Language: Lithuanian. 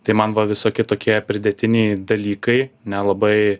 tai man va visokie tokie pridėtiniai dalykai nelabai